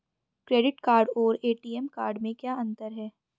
Credit card और ATM card में क्या अंतर है?